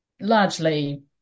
largely